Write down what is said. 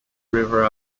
river